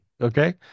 Okay